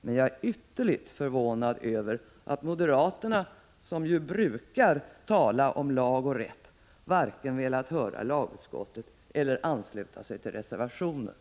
men jag är utomordentligt förvånad över att moderaterna, som brukar tala om lag och rätt, varken velat höra lagutskottet eller ansluta sig till reservationen.